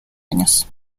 años